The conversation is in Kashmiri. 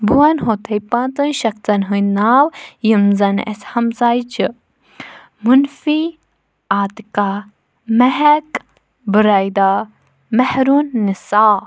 بہٕ وَنہو تۄہہِ پانٛژَن شخصَن ہٕنٛدۍ ناو یِم زَن اَسہِ ہمساے چھِ مُنفی آتکا مہک بُریدا محرُن نساء